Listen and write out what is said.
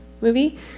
movie